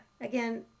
again